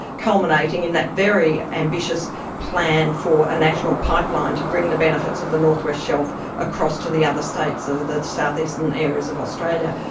culminating in that very ambitious plan for a national pipeline to bring the benefits of the north west shelf across to the other states, the south eastern and areas of australia.